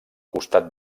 costat